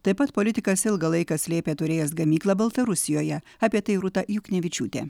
taip pat politikas ilgą laiką slėpė turėjęs gamyklą baltarusijoje apie tai rūta juknevičiūtė